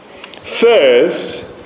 First